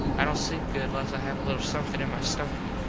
i dont sleep good less i have a little somethin on my stummick.